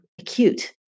acute